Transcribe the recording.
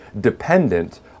dependent